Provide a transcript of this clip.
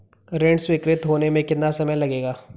ऋण स्वीकृत होने में कितना समय लगेगा?